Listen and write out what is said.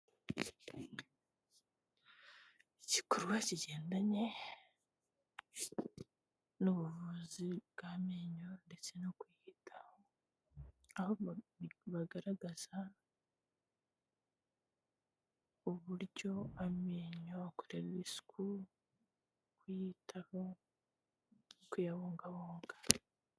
Igikorwa kigendanye n'ubuvuzi bw'amenyo ndetse no kuyitaho, aho bagaragaza uburyo amenyo bakore isuku mu kuyitaho, mu kuyabungabunga.